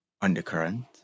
undercurrent